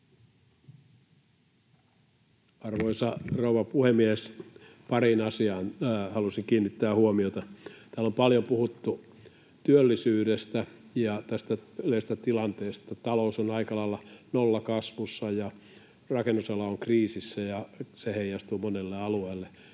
Arvoisa rouva puhemies! Pariin asiaan halusin kiinnittää huomiota. Täällä on paljon puhuttu työllisyydestä ja tästä yleisestä tilanteesta: talous on aika lailla nollakasvussa ja rakennusala on kriisissä ja se heijastuu monelle alueelle.